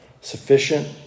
sufficient